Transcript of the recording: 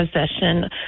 possession